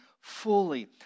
fully